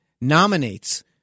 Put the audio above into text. nominates